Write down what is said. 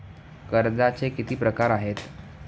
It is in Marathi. कर्जाचे किती प्रकार आहेत?